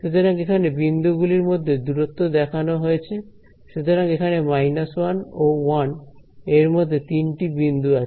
সুতরাং এখানে বিন্দু গুলির মধ্যে দূরত্ব দেখানো হয়েছে সুতরাং এখানে 1 ও 1 এরমধ্যে তিনটি বিন্দু আছে